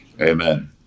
Amen